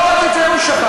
אבל לא רק את זה הוא שכח.